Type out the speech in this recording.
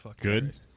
good